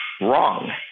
wrong